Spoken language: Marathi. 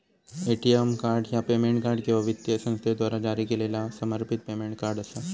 ए.टी.एम कार्ड ह्या पेमेंट कार्ड किंवा वित्तीय संस्थेद्वारा जारी केलेला समर्पित पेमेंट कार्ड असा